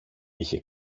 είχε